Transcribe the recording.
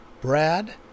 Brad